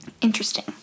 Interesting